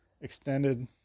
extended